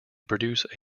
produce